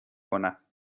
کنم